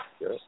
Yes